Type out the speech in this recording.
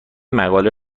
مقاله